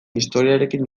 historiarekin